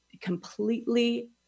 completely